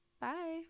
Bye